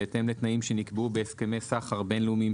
בהתאם לתנאים שנקבעו בהסכמי סחר בין-לאומיים,